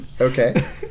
okay